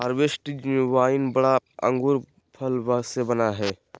हर्बेस्टि wine बड़ा अंगूर फल से बनयय हइ